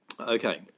Okay